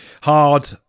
hard